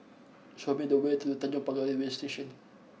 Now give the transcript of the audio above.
show me the way to Tanjong Pagar Railway Station